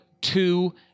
two